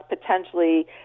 potentially